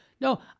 No